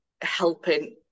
helping